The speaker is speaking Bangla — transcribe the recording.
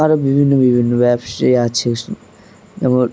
আরও বিভিন্ন বিভিন্ন ব্যবসা আছে যেমন